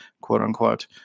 quote-unquote